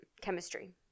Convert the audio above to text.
chemistry